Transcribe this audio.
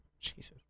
Jesus